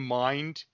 mind